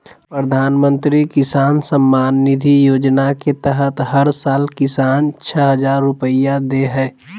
प्रधानमंत्री किसान सम्मान निधि योजना के तहत हर साल किसान, छह हजार रुपैया दे हइ